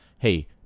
hey